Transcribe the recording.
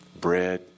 Bread